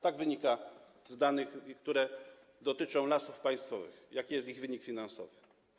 Tak wynika z danych, które dotyczą Lasów Państwowych, mówiących, jaki jest ich wynik finansowy.